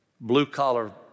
blue-collar